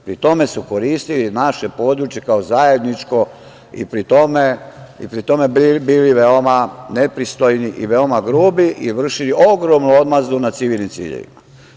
Pri tome su koristili naše područje kao zajedničko i pri tome bili veoma nepristojni i veoma grupi, i vršili ogromnu odmazdu nad civilnim ciljevima.